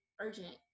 urgent